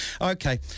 Okay